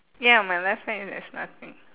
ya my left hand there's nothing